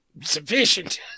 sufficient